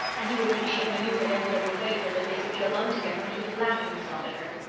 and he would think she had manoeuvred everybody away so that they could be alone together, and he would laugh to himself at her.